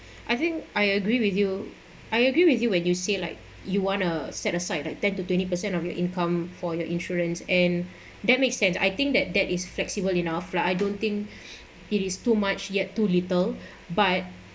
I think I agree with you I agree with you when you say like you want to set aside like ten to twenty percent of your income for your insurance and that makes sense I think that that is flexible enough lah I don't think it is too much yet too little but